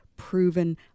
Proven